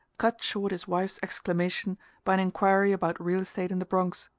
cut short his wife's exclamation by an enquiry about real estate in the bronx.